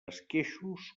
esqueixos